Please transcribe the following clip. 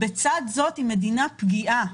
בצד זאת היא מדינה פגיעה.